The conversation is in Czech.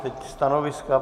Teď stanoviska.